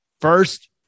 First